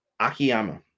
Akiyama